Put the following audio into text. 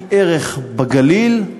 היא ערך בגליל,